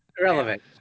Irrelevant